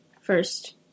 first